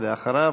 ואחריו,